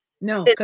No